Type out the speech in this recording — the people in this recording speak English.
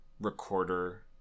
recorder